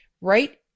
right